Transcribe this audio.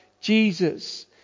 Jesus